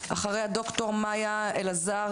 ד"ר מאיה אלעזר,